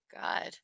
God